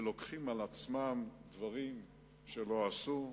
ואנשים לוקחים לעצמם דברים שלא עשו,